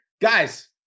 Guys